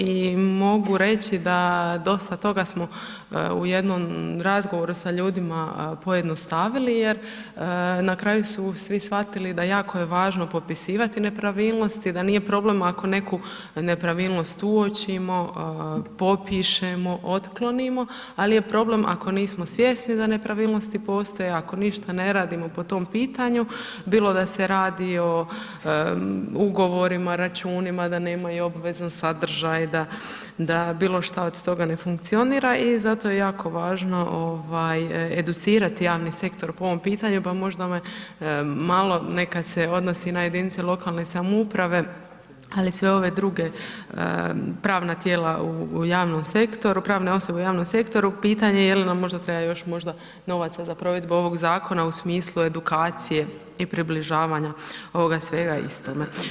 I mogu reći da dosta toga smo u jednom razgovoru sa ljudima pojednostavili jer na kraju su svi shvatili da jako je važno popisivati nepravilnosti, da nije problem ako neku nepravilnost uočimo, popišemo, otklonimo ali je problem ako nismo svjesni da nepravilnosti postoje, ako ništa ne radimo po tom pitanju bilo da se radi o ugovorima, računima, da nemaju obvezan sadržaj, da bilo šta od toga ne funkcionira i zato je jako važno educirati javni sektor po ovom pitanju pa možda me malo, ... se odnosi na jedinice lokalne samouprave ali i sve ove druge, pravna tijela u javnom sektoru, pravne osobe u javnom sektoru pitanje je li nam možda treba još možda novaca za provedbu ovog zakona u smislu edukacije i približavanja ovoga svega istome.